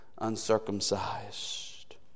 uncircumcised